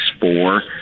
four